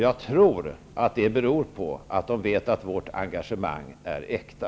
Jag tror att det beror på att de vet att vårt engagemang är äkta.